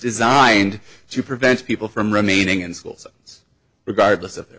designed to prevent people from remaining in schools regardless of their